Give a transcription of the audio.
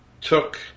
took